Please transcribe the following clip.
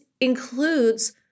includes